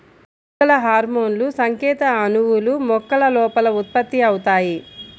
మొక్కల హార్మోన్లుసంకేత అణువులు, మొక్కల లోపల ఉత్పత్తి అవుతాయి